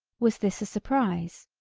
was this a surprise.